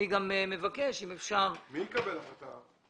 מי יקבל החלטה?